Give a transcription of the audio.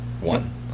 one